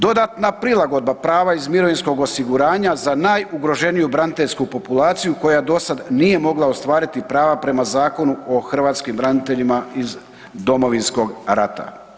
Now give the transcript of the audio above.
Dodatna prilagodba prava iz mirovinskog osiguranja za najugroženiju braniteljsku populaciju koja dosad nije mogla ostvariti prava prema Zakonu o hrvatskim braniteljima iz Domovinskog rata.